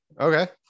Okay